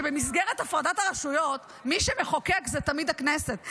שבמסגרת הפרדת הרשויות מי שמחוקק זה תמיד הכנסת,